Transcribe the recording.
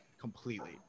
completely –